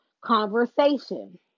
conversation